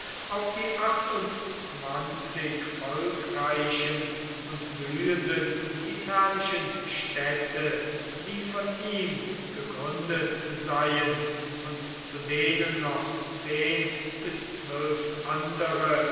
auf die achtundzwanzig volkreichen und blühenden italischen städte die von ihm gegründet seien und zu denen noch zehn bis zwölf andere